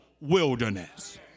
wilderness